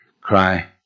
cry